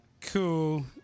Cool